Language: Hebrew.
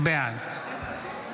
בעד